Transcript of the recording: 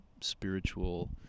spiritual